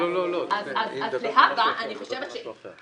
לא, היא מדברת על משהו אחר.